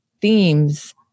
themes